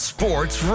Sports